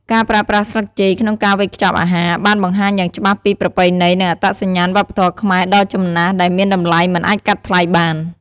ការប្រើប្រាស់ស្លឹកចេកក្នុងការវេចខ្ចប់អាហារ បានបង្ហាញយ៉ាងច្បាស់ពី ប្រពៃណី និងអត្តសញ្ញាណវប្បធម៌ខ្មែរដ៏ចំណាស់ ដែលមានតម្លៃមិនអាចកាត់ថ្លៃបាន។